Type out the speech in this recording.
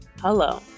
hello